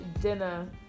dinner